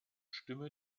stimme